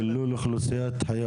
דילול אוכלוסיית חיות.